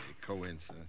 coincidence